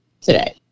today